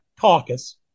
caucus